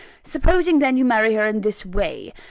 supposing, then, you marry her in this way,